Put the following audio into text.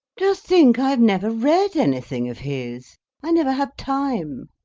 just think, i have never read anything of his i never have time.